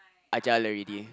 ajal already